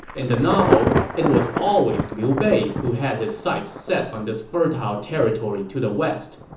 in the novel, it was always liu bei who had his sights set on this fertile territory to the west.